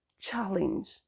challenge